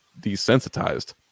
desensitized